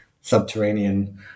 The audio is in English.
subterranean